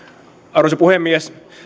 arvoisa puhemies